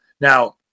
Now